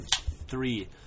three